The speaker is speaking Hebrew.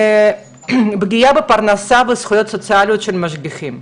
פגיעה בפרנסה וזכויות סוציאליות של משגיחים.